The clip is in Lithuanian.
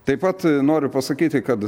taip pat noriu pasakyti kad